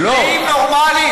הם נהיים נורמליים.